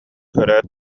көрөөт